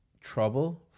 trouble